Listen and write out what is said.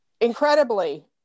incredibly